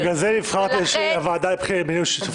בגלל זה נבחרת לוועדה למינוי שופטים.